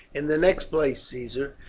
in the next place, caesar,